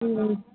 ம்ம்